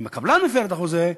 אם הקבלן מפר את החוזה,